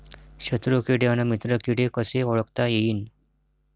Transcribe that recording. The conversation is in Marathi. शत्रु किडे अन मित्र किडे कसे ओळखता येईन?